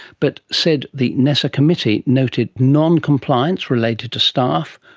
but said the nesa committee noted non-compliance related to staff,